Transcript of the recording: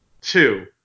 two